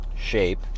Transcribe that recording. shape